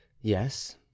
yes